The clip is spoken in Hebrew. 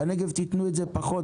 בנגב תנו פחות,